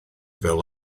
fel